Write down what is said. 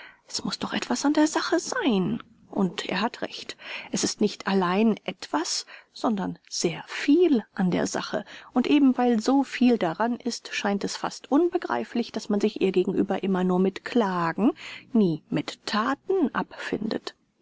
es muß doch etwas an der sache sein und er hat recht es ist nicht allein etwas sondern sehr viel an der sache und eben weil so viel daran ist scheint es fast unbegreiflich daß man sich ihr gegenüber immer nur mit klagen nie mit thaten abfindet